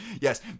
yes